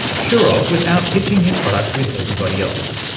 shourov was out pitching his products with everybody else.